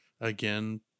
again